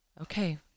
okay